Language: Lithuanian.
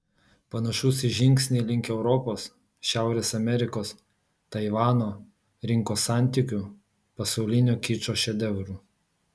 panašus į žingsnį link europos šiaurės amerikos taivano rinkos santykių pasaulinio kičo šedevrų